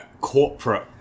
corporate